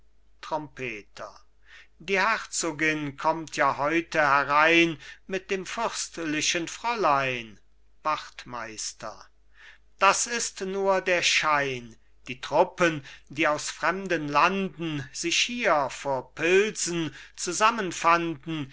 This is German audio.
trompeter die herzogin kommt ja heute herein mit dem fürstlichen fräulein wachtmeister das ist nur der schein die truppen die aus fremden landen sich hier vor pilsen zusammenfanden